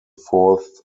fourth